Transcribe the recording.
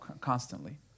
constantly